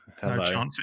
hello